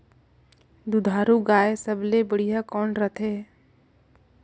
दुधारू गाय सबले बढ़िया कौन रथे?